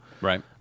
Right